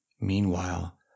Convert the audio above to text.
Meanwhile